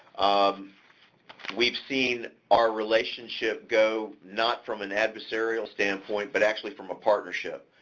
um we've seen our relationship go not from an adversarial standpoint, but actually from a partnership.